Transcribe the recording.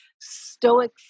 stoic